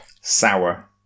Sour